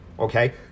Okay